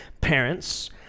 parents